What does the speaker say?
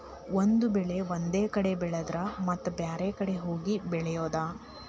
ಒಂದ ಬೆಳೆ ಒಂದ ಕಡೆ ಬೆಳೆದರ ಮತ್ತ ಬ್ಯಾರೆ ಕಡೆ ಹೋಗಿ ಬೆಳಿಯುದ